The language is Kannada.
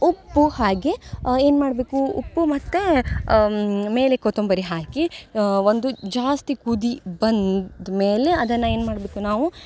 ಉಪ್ಪು ಹಾಗೆ ಏನು ಮಾಡಬೇಕು ಉಪ್ಪು ಮತ್ತು ಮೇಲೆ ಕೊತ್ತಂಬರಿ ಹಾಕಿ ಒಂದು ಜಾಸ್ತಿ ಕುದಿ ಬಂದ ಮೇಲೆ ಅದನ್ನು ಏನು ಮಾಡಬೇಕು ನಾವು